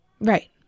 Right